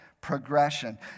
progression